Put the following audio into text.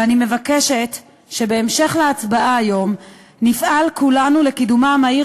ואני מבקשת שבהמשך להצבעה היום נפעל כולנו לקידומה המהיר